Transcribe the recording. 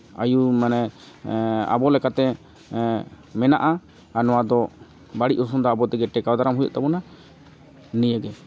ᱟᱭᱩ ᱢᱟᱱᱮ ᱟᱵᱚ ᱞᱮᱠᱟᱛᱮ ᱢᱮᱱᱟᱜᱼᱟ ᱟᱨ ᱱᱚᱣᱟᱫᱚ ᱵᱟᱹᱲᱤᱡ ᱚᱨᱥᱚᱝ ᱫᱚ ᱟᱵᱚ ᱛᱮᱜᱮ ᱴᱮᱠᱟᱣ ᱫᱟᱨᱟᱢ ᱦᱩᱭᱩᱜ ᱛᱟᱵᱚᱱᱟ ᱱᱤᱭᱟᱹᱜᱮ